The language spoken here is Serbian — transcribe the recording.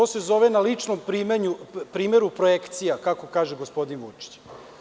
To se zove na ličnom primeru projekcija, kako kaže gospodin Vučić.